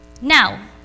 Now